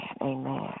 Amen